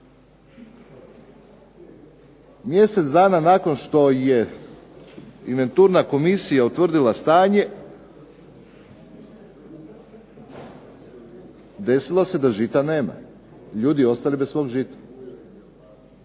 Mjesec dana nakon što je inventurna komisija utvrdila stanje desilo se da žita nema, ljudi su ostali bez svog žita.